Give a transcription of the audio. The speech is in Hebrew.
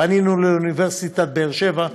פנינו לאוניברסיטת באר-שבע,